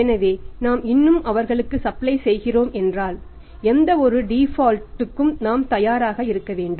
எனவே நாம் இன்னும் அவர்களுக்கு சப்ளை செய்கிறோம் என்றால் எந்தவொரு டிபால்ட் இக்கும் நாம் தயாராக இருக்க வேண்டும்